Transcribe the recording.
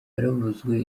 yaravuzwe